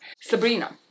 Sabrina